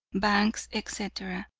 banks, etc.